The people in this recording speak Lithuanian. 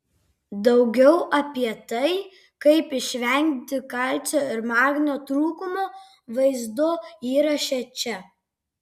daugiau apie tai kaip išvengti kalcio ir magnio trūkumo vaizdo įraše čia